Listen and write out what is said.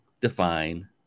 define